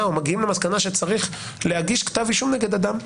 או מגיעים למסקנה שצריך להגיש כתב אישום נגד אדם,